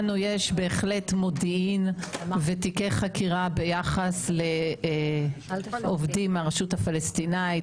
לנו יש בהחלט מודיעין ותיקי חקירה ביחס לעובדים מהרשות הפלסטינית,